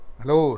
Hello